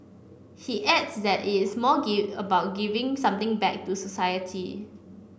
he adds that it's more about giving something back to society